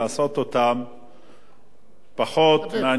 פחות מעניין את האזרחים במדינת ישראל.